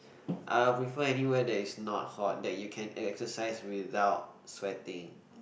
I will prefer anywhere that's not hot that you can exercise without sweating